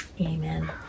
Amen